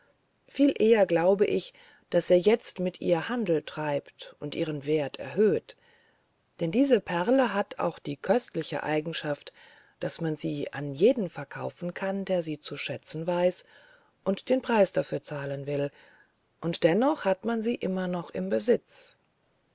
viel eher glaube ich daß er jetzt mit ihr handel trieb und ihren wert erhöhte denn diese perle hat auch die köstliche eigenschaft daß man sie an jeden verkaufen kann der sie zu schätzen weiß und den preis dafür zahlen will und dennoch hat man sie noch immer im besitz